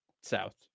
south